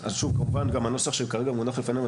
כמובן גם הנוסח שהוא כרגע מונח לפנינו,